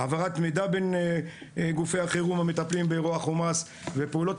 העברת מידע בין גופי החירום המטפלים באירועי החומ"ס ופעולות